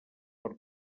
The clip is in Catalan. per